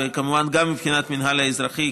וכמובן גם מבחינת המינהל האזרחי,